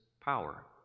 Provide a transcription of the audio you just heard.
power